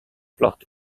plot